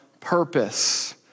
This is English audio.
purpose